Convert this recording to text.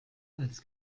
als